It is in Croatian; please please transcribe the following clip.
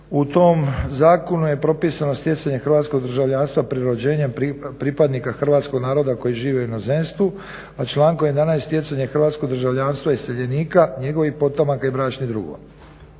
U tom zakonu je propisano stjecanje hrvatskog državljanstva pri rođenjem pripadnika hrvatskog naroda koji žive u inozemstvu, a člankom 11.stjecanje hrvatskog državljanstva iseljenika, njegovih potomaka i bračnih drugova.